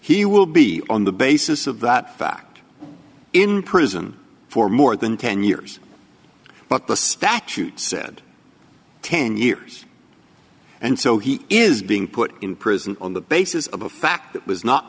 he will be on the basis of that fact in prison for more than ten years but the statute said ten years and so he is being put in prison on the basis of a fact that was not